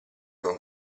con